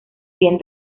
bien